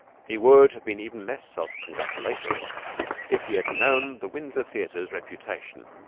he would have been even less self-congratulatory if he had known the windsor theater's reputation.